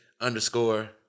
underscore